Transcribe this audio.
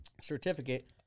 certificate